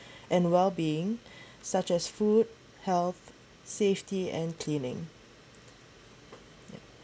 and well being such as food health safety and cleaning yup